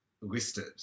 listed